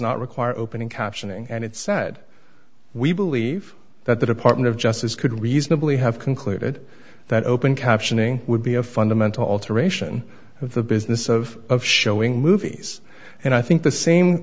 not require opening captioning and it said we believe that the department of justice could reasonably have concluded that open captioning would be a fundamental alteration of the business of showing movies and i think the same